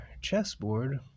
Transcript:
chessboard